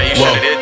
whoa